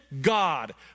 god